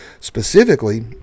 specifically